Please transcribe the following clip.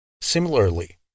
Similarly